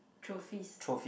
trophies